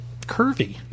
curvy